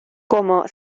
como